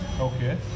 Okay